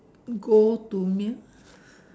go to meal